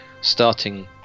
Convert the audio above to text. starting